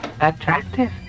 Attractive